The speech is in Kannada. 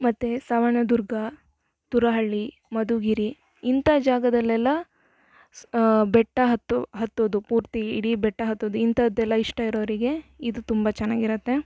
ಮತ್ತೆ ಸವಣದುರ್ಗಾ ತುರಹಳ್ಳಿ ಮದುಗಿರಿ ಇಂತ ಜಾಗದಲ್ಲೆಲ್ಲಾ ಸು ಬೆಟ್ಟ ಹತ್ತು ಹತ್ತೋದು ಪೂರ್ತಿ ಇಡೀ ಬೆಟ್ಟ ಹತ್ತೋದು ಇಂತದೆಲ್ಲ ಇಷ್ಟ ಇರೋರಿಗೆ ಇದು ತುಂಬ ಚೆನಾಗಿರತ್ತೆ